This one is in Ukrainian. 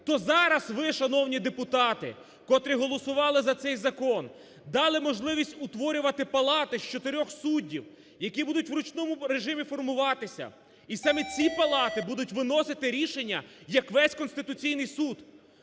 то зараз ви, шановні депутати, котрі голосували за цей закон, дали можливість утворювати палати з чотирьох суддів, які будуть в ручному режимі формуватися і саме ці палати будуть виносити рішення як весь Конституційний Суд.